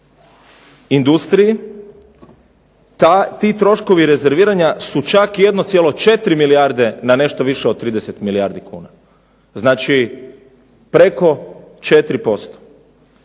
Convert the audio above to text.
industriji ti troškovi rezerviranja su čak 1,4 milijarde na nešto više od 30 milijardi kuna, znači preko 4%